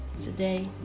Today